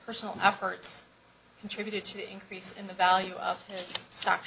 personal efforts contributed to the increase in the value of stock